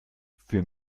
für